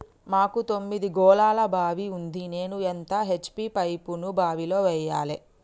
మాకు తొమ్మిది గోళాల బావి ఉంది నేను ఎంత హెచ్.పి పంపును బావిలో వెయ్యాలే?